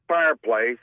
fireplace